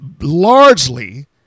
largely